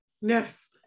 Yes